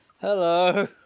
Hello